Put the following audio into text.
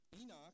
Enoch